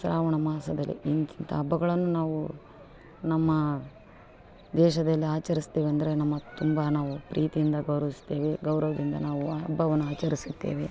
ಶ್ರಾವಣ ಮಾಸದಲ್ಲಿ ಇಂತಿಂಥ ಹಬ್ಬಗಳನ್ನು ನಾವು ನಮ್ಮ ದೇಶದಲ್ಲಿ ಆಚರಿಸ್ತೇವೆ ಅಂದರೆ ನಮ್ಮ ತುಂಬ ನಾವು ಪ್ರೀತಿಯಿಂದ ಗೌರವಿಸ್ತೇವೆ ಗೌರವದಿಂದ ನಾವು ಆ ಹಬ್ಬವನ್ನು ಆಚರಿಸುತ್ತೇವೆ